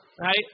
right